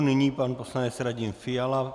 Nyní pan poslanec Radim Fiala.